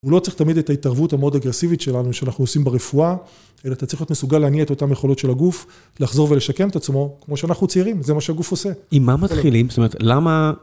הוא לא צריך תמיד את ההתערבות המאוד אגרסיבית שלנו, שאנחנו עושים ברפואה, אלא אתה צריך להיות מסוגל להניע את אותן יכולות של הגוף, לחזור ולשקם את עצמו, כמו שאנחנו צעירים, זה מה שהגוף עושה. עם מה מתחילים, זאת אומרת, למה...